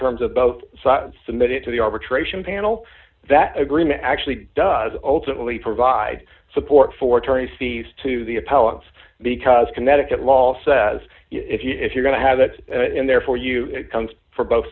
terms of both sides submitted to the arbitration panel that agreement actually does alternately provide support for attorneys fees to the appellant because connecticut law says if you if you're going to have it in there for you it comes from both